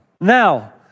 Now